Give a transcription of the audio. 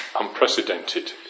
unprecedented